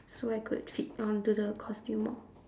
so I could fit onto the costume more